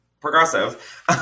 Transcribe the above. progressive